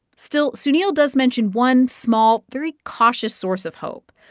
still, sunil does mention one small, very cautious source of hope,